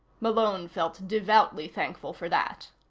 malone felt devoutly thankful for that.